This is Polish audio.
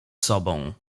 sobą